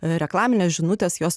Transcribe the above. reklaminės žinutės jos